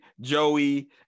Joey